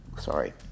sorry